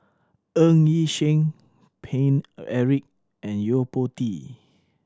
Ng Yi Sheng Paine Eric and Yo Po Tee